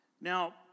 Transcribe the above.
Now